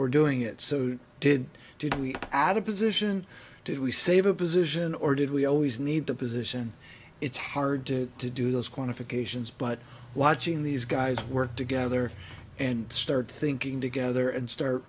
we're doing it so did did we add a position to do we save a position or did we always need the position it's hard to to do those qualifications but watching these guys work together and start thinking together and start